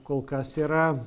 kol kas yra